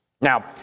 Now